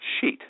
sheet